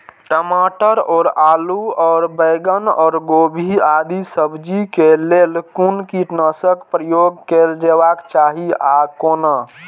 टमाटर और आलू और बैंगन और गोभी आदि सब्जी केय लेल कुन कीटनाशक प्रयोग कैल जेबाक चाहि आ कोना?